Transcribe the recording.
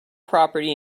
property